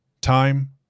Time